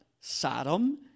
Sodom